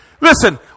Listen